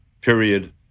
period